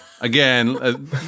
Again